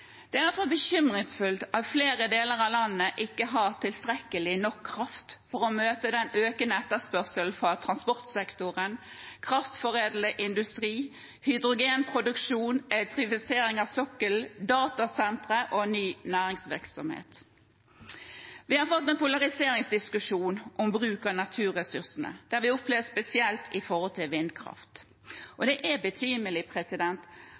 Det er derfor bekymringsfullt at flere deler av landet ikke har tilstrekkelig kraft for å møte den økende etterspørselen fra transportsektoren, kraftforedlende industri, hydrogenproduksjon, elektrifisering av sokkelen, datasentre og ny næringsvirksomhet. Vi har fått en polariseringsdiskusjon om bruk av naturressursene. Det har vi opplevd spesielt med vindkraft. Det er betimelig. Alle ville ha vindkraft